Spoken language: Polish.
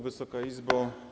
Wysoka Izbo!